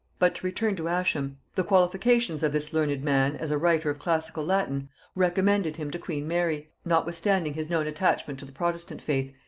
but to return to ascham the qualifications of this learned man as a writer of classical latin recommended him to queen mary, notwithstanding his known attachment to the protestant faith,